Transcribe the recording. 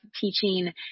teaching